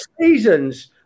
seasons